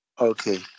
Okay